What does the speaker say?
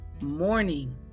Morning